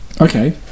Okay